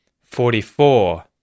Forty-four